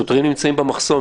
השוטרים נמצאים במחסום,